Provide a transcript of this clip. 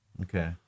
Okay